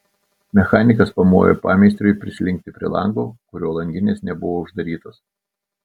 mechanikas pamojo pameistriui prislinkti prie lango kurio langinės nebuvo uždarytos